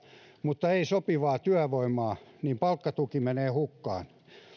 mutta ei sopivaa työvoimaa niin palkkatuki menee hukkaan